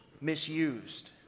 misused